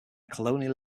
colonial